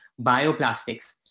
bioplastics